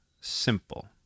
Simple